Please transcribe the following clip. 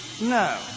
No